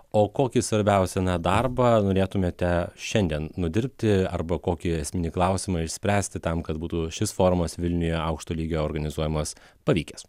o kokį svarbiausią darbą norėtumėte šiandien nudirbti arba kokį esminį klausimą išspręsti tam kad būtų šis forumas vilniuje aukšto lygio organizuojamas pavykęs